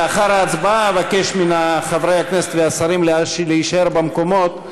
לאחר ההצבעה אבקש מחברי הכנסת והשרים להישאר במקומות.